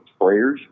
sprayers